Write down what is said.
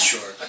Sure